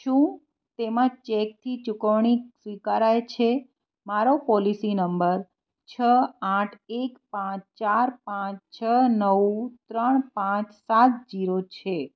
શું તેમાં ચેકથી ચૂકવણી સ્વીકારાય છે મારો પોલિસી નંબર છ આઠ એક પાંચ ચાર પાંચ છ નવ ત્રણ પાંચ સાત જીરો છે